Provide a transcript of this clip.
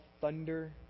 thunder